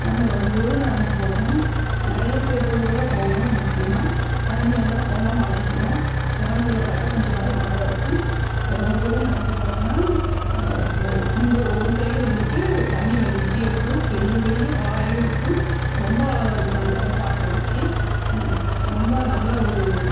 நம்ப ரொம்ப தூரம் நடந்து போகணும் நிறையா பேர்த்துக்கூட தான் போகணும் முக்கியமாக தனியாகலாம் போனால் மாட்டிக்குவோம் குரங்குகளை பார்த்தா கொஞ்சம் பயமாக தான் இருக்கும் ரொம்ப தூரம் நடந்து போனோம்னால் இந்த ஒரு சைடு வந்துட்டு தண்ணி வந்துக்கிட்டே இருக்கும் பெரிய பெரிய பாறையும் இருக்கும் ரொம்ப அழகாக இருக்கும் அந்த இடம் பார்க்குறதுக்கே ரொம்ப நல்ல ஒரு